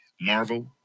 marvel